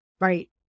right